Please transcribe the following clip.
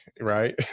right